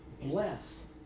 bless